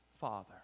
Father